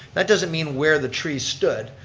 that doesn't mean where the tree stood.